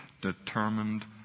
determined